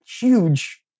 huge